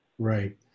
Right